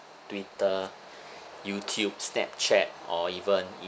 Twitter Youtube Snapchat or even